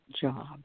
job